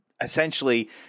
Essentially